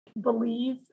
believe